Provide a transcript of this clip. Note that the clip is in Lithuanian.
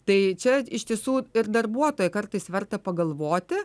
tai čia iš tiesų ir darbuotojai kartais verta pagalvoti